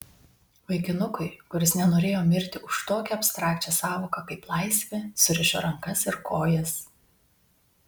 vaikinukui kuris nenorėjo mirti už tokią abstrakčią sąvoką kaip laisvė surišo rankas ir kojas